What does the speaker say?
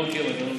אתה לא עוקב.